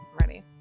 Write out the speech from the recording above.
Ready